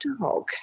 dog